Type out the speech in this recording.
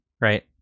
right